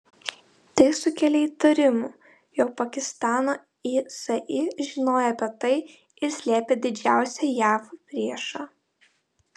tai sukėlė įtarimų jog pakistano isi žinojo apie tai ir slėpė didžiausią jav priešą